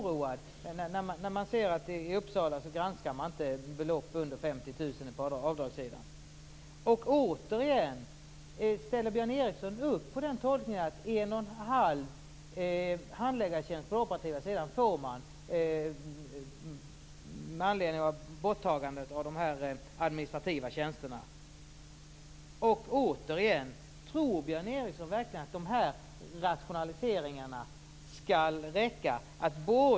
Vi har sett att man i Uppsala inte granskar avdrag under 50 000. Är inte Björn Ericson det minsta oroad? Återigen: Ställer Björn Ericson upp på tolkningen att man får en och en halv handläggartjänst på den operativa sidan om man tar bort en administrativ tjänst? Tror Björn Ericson verkligen att rationaliseringarna skall räcka?